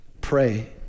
pray